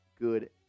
good